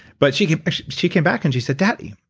but she came she came back and she said, daddy,